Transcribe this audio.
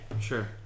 Sure